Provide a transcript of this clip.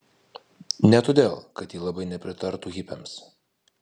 ne todėl kad ji labai nepritartų hipiams